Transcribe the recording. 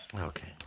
Okay